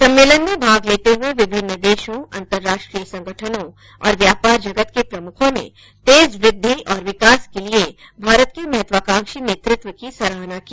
सम्मेलन में भाग लेते हुए विभिन्न देशों अंतर्राष्ट्रीय संगठनों और व्यापार जगत के प्रमुखों ने तेज वृद्धि और विकास के लिए भारत के महत्वाकांक्षी नेतृत्व की सराहना की